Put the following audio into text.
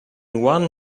one